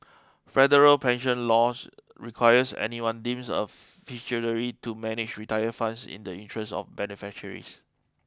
federal pension laws requires anyone deems a fiduciary to manage retirement funds in the interests of beneficiaries